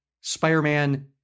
Spider-Man